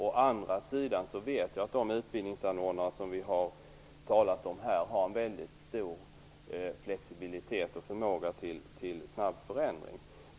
Å andra sidan vet jag att de utbildningsanordnare som vi har talat om här har en mycket stor flexibilitet och förmåga till snabb förändring.